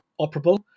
operable